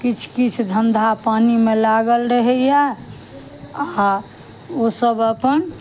किछु किछु धन्धा पानिमे लागल रहैया आ ओसब अपन